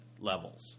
levels